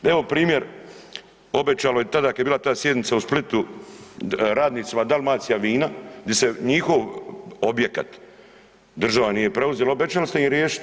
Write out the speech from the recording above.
Evo primjer, obećalo je tada kada je bila ta sjednica u Splitu radnicima Dalmacijavina gdje njihov objekat država nije preuzela obećali ste im riješiti.